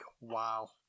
wow